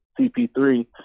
cp3